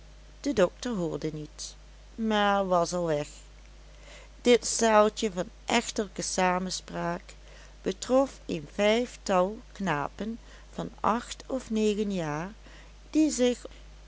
de dokter hoorde niet maar was al weg dit staaltje van echtelijke samenspraak betrof een vijftal knapen van acht of negen jaar die zich